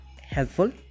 helpful